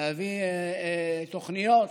להביא תוכניות,